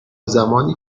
زمانی